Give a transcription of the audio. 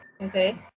Okay